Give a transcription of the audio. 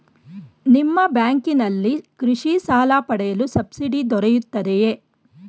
ನಿಮ್ಮ ಬ್ಯಾಂಕಿನಲ್ಲಿ ಕೃಷಿ ಸಾಲ ಪಡೆಯಲು ಸಬ್ಸಿಡಿ ದೊರೆಯುತ್ತದೆಯೇ?